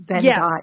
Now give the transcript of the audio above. Yes